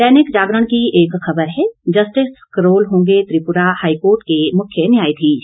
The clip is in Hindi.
दैनिक जागरण की एक खबर है जस्टिस करोल होंगे त्रिपुरा हाईकोर्ट के मुख्य न्यायाधीश